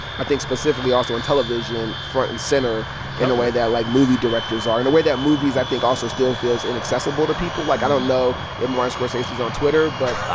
i think, specifically also in television front and center in a way that, like, movie directors aren't, in a way that movies, i think, also still feels inaccessible to people. like, i don't know if martin scorsese's on twitter, but